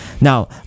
Now